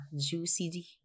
juicy